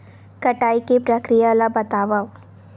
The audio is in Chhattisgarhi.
कटाई के प्रक्रिया ला बतावव?